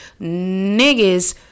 niggas